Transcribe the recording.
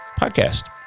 podcast